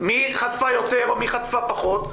מי חטפה יותר ומי חטפה פחות,